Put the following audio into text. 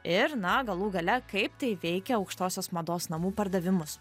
ir na galų gale kaip tai veikia aukštosios mados namų pardavimus